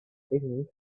king